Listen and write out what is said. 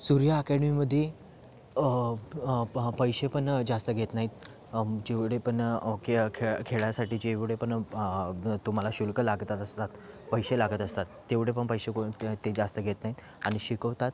सूर्या अकॅडेमीमध्ये प पैसे पण जास्त घेत नाहीत जेवढे पण ओके खे खेळासाठी जेवढे पण तुम्हाला शुल्क लागत असलात पैसे लागत असतात तेवढे पण पैसे कोणते जास्त घेत नाहीत आणि शिकवतात